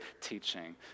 teaching